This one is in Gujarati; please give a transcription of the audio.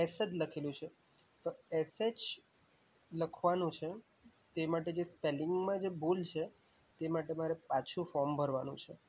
એસ જ લખેલું છે તો એસ હેચ લખવાનો છે તે માટે જે સ્પેલિંગમાં જે ભૂલ છે તે માટે મારે પાછું ફોર્મ ભરવાનું છે